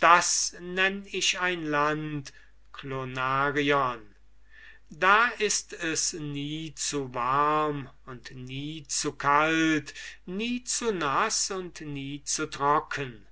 dies nenn ich ein land klonarion da ist es nie zu warm und nie zu kalt nie zu naß und nie zu trocken